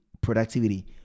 productivity